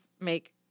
make